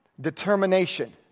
determination